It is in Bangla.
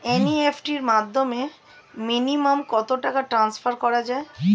এন.ই.এফ.টি র মাধ্যমে মিনিমাম কত টাকা ট্রান্সফার করা যায়?